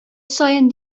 саен